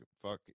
fuck